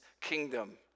kingdom